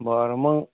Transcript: बरं मग